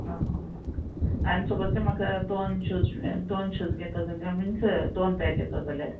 आं आनी सपॉज तर म्हाका दोन शूज दोन शूज घेतो जाल्यार मिन्स दोन पेर घेतो जाल्यार